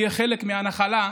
יהיו חלק מהנחלה,